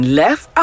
left